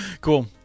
Cool